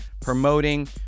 promoting